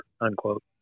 unquote